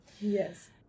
yes